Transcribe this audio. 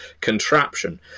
contraption